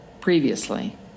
previously